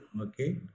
okay